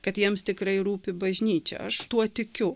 kad jiems tikrai rūpi bažnyčia aš tuo tikiu